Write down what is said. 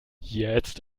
jetzt